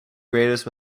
greatest